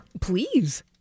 Please